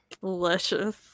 Delicious